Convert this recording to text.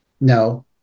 No